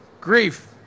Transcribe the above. Grief